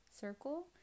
circle